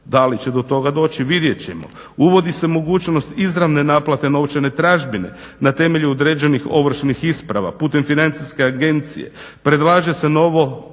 da li će do toga doći vidjet ćemo. Uvodi se mogućnost izravne naknade novčane tražbine na temelju određenih ovršnih isprava putem financijske agencije. Predlaže se novo